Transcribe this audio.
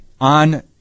on